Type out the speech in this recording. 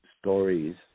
Stories